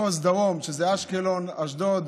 מצרפים את מחוז דרום, אשקלון, אשדוד,